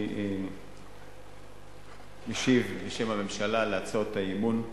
אני משיב בשם הממשלה על הצעות האי-אמון,